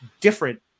different